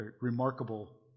remarkable